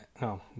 No